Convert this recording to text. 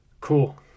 Cool